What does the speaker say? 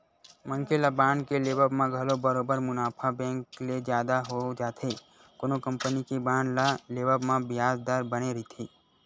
मनखे ल बांड के लेवब म घलो बरोबर मुनाफा बेंक ले जादा हो जाथे कोनो कंपनी के बांड ल लेवब म बियाज दर बने रहिथे